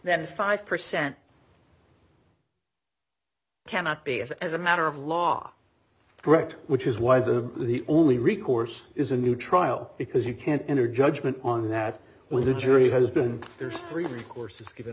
that five percent cannot be as as a matter of law correct which is why the only recourse is a new trial because you can't enter judgment on that with a jury has been there's recourse is given